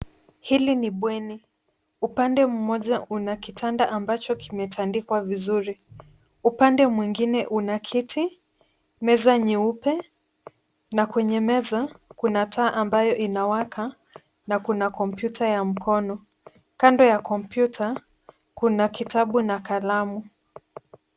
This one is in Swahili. Hili ni bweni. Upande mmoja una kitanda ambacho kimetandikwa vizuri. Upande mwingine una kiti, meza nyeupe na kwenye meza kuna taa ambayo inawaka na kuna kompyuta ya mkono. Kando ya kompyuta, kuna kitabu na kalamu.